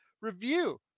review